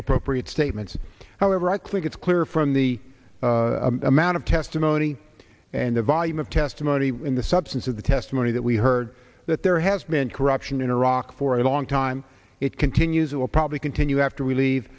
appropriate statements however i click it's clear from the amount of testimony and the volume of testimony in the substance of the testimony that we heard that there has been corruption in iraq for a long time it continues it will probably continue after we leave